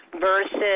Versus